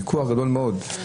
וזהו ויכוח גדול מאוד,